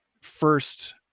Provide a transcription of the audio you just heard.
first